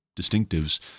distinctives